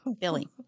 billy